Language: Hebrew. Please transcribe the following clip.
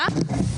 סליחה?